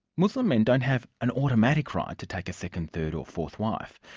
muslim men don't have an automatic right to take a second, third or fourth wife,